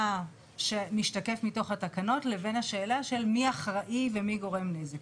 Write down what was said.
מה שמשתקף מתוך התקנות לבין השאלה של מי אחראי ומי גורם נזק?